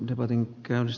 arvoisa puhemies